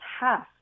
half